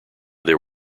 there